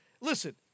listen